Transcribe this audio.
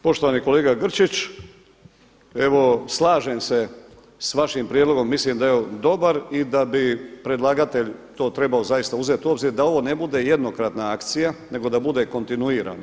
Poštovani kolega Grčić, evo slažem se sa vašim prijedlogom, mislim da je on dobar i da bi predlagatelj to trebao zaista uzeti u obzir da ovo ne bude jednokratna akcija, nego da bude kontinuirana.